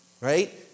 right